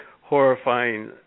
horrifying